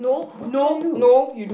what can I do